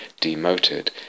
demoted